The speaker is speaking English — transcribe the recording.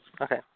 Okay